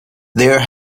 there